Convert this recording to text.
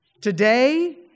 Today